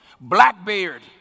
Blackbeard